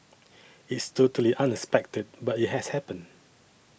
it's totally unexpected but it has happened